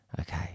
Okay